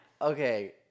Okay